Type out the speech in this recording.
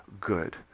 good